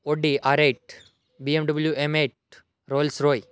Audi R eight BMW M eight Rolls-Royce